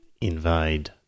invade